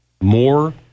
More